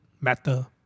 matter